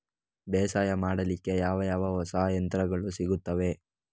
ಬೇಸಾಯ ಮಾಡಲಿಕ್ಕೆ ಯಾವ ಯಾವ ಹೊಸ ಯಂತ್ರಗಳು ಸಿಗುತ್ತವೆ?